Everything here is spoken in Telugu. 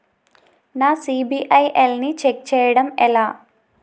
నా సిబిఐఎల్ ని ఛెక్ చేయడం ఎలా?